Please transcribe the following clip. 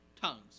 tongues